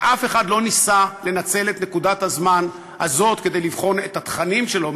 ואף אחד לא ניסה לנצל את נקודת הזמן הזאת כדי לבחון את התכנים שלו,